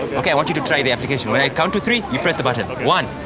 i want you to try the application. when i count to three, you press the button. but one,